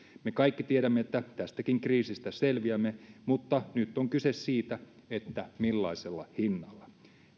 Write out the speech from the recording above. me kaikki tiedämme että tästäkin kriisistä selviämme mutta nyt on kyse siitä että millaisella hinnalla